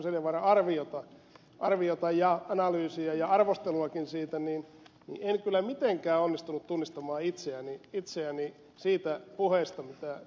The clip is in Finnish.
asko seljavaaran arviota ja analyysiä ja arvosteluakin siitä niin en kyllä mitenkään onnistunut tunnistamaan itseäni siitä puheesta minkä ed